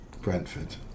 Brentford